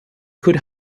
could